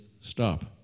stop